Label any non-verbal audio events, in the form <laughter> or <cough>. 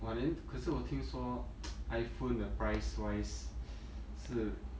!wah! then 可是我听说 <noise> iphone the price wise 是